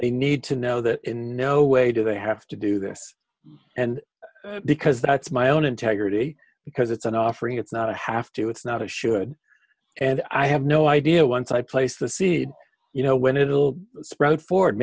they need to know that in no way do they have to do this and because that's my own integrity because it's an offering it's not a have to it's not assured and i have no idea once i place the seed you know when it'll spread forward